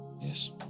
Yes